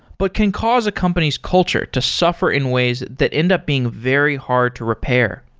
but can cause a company's culture to suffer in ways that end up being very hard to repair.